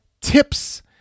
tips